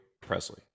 Presley